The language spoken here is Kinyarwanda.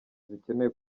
zikenewe